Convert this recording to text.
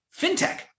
fintech